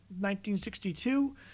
1962